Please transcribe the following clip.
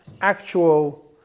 actual